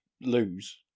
lose